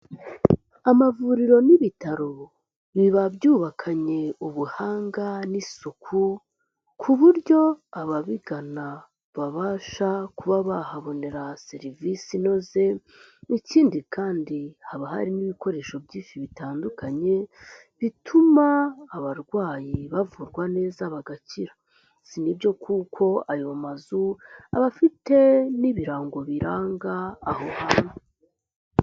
Amavuriro n'ibitaro biba byubakanye ubuhanga n'isuku ku buryo ababigana babasha kuba bahabonera serivisi inoze, Ikindi kandi haba hari n'ibikoresho byinshi bitandukanye bituma abarwayi bavurwa neza bagakira. Si nibyo kuko ayo mazu aba afite n'ibirango biranga aho hantu.